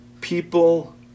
people